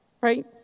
right